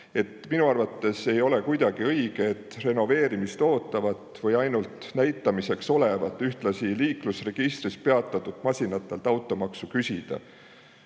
Minu arvates ei ole kuidagi õige renoveerimist ootava või ainult näitamiseks oleva, ühtlasi liiklusregistris peatatud [kandega] masina eest automaksu küsida.